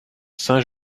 saint